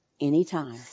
anytime